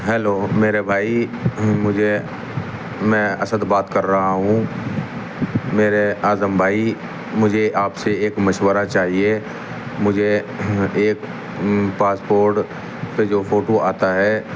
hello میرے بھائی مجھے میں اسد بات کر رہا ہوں میرے اعظم بھائی مجھے آپ سے ایک مشورہ چاہیے مجھے ایک پاسپورٹ پہ جو فوٹو آتا ہے